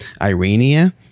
Irania